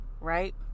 right